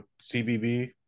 CBB